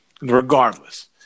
Regardless